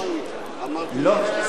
מישהו.